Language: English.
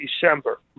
december